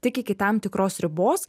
tik iki tam tikros ribos